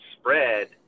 spread